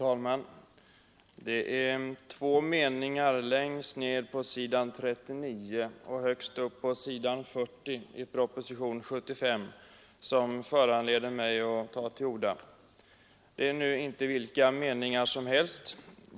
Herr talman! Två meningar längst ned på s. 39 och högst upp på s. 40 i propositionen 75 föranleder mig att ta till orda. Det är nu inte vilka meningar som helst.